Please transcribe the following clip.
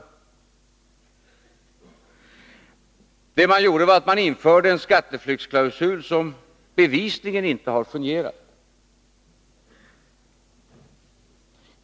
Vad man gjorde i regeringsställning var att man införde en skatteflyktsklausul som bevisligen inte har fungerat.